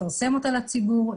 לפרסם אותה לציבור,